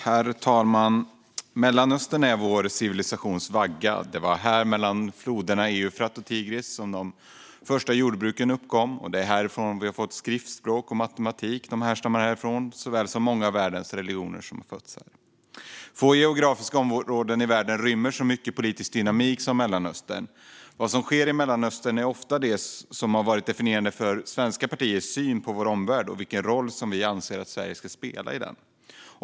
Herr talman! Mellanöstern är vår civilisations vagga. Det var här mellan floderna Eufrat och Tigris som de första jordbruken uppkom. Det är härifrån som vi har fått skriftspråk och matematik, som härstammar härifrån, såväl som många av världens religioner som har fötts här. Få geografiska områden i världen rymmer så mycket politisk dynamik som Mellanöstern. Vad som sker i Mellanöstern är ofta det som har varit definierande för svenska partiers syn på vår omvärld och vilken roll som vi anser att Sverige ska spela i den.